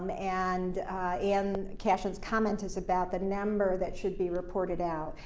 um and ann cashion's comment is about the number that should be reported out,